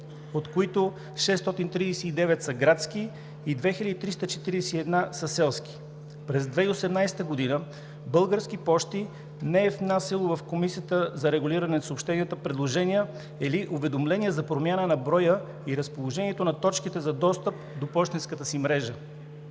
от които 639 са градски и 2341 са селски. През 2018 г. Български пощи не е внасяло в Комисията за регулиране на съобщенията предложения или уведомления за промяна на броя и разположението на точките за достъп до пощенската си мрежа.